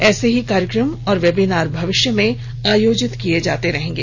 ऐसे ही कार्यक्रम और वेबिनार भविष्य में आयोजित किए जाएंगे